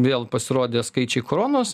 vėl pasirodė skaičiai koronos